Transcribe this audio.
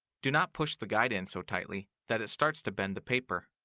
do not push the guide in so tightly that it starts to bend the paper.